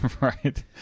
Right